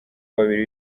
babiri